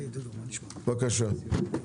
בבקשה.